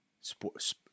Sports